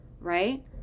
right